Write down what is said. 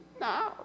no